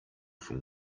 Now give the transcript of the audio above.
from